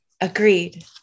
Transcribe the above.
Agreed